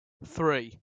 three